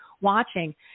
watching